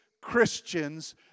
Christians